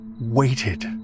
waited